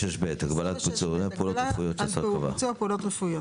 26ב. הגבלה על ביצוע פעולות רפואיות.